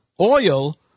Oil